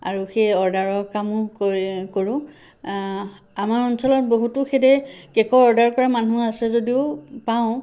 আৰু সেই অৰ্ডাৰৰ কামো কৰি কৰোঁ আমাৰ অঞ্চলত বহুতো কে'কৰ অৰ্ডাৰ কৰা মানুহ আছে যদিও পাওঁ